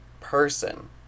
person